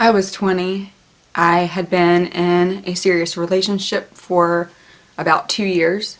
i was twenty i had ben and a serious relationship for about two years